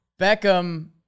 Beckham